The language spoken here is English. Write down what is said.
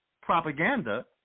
propaganda